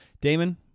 Damon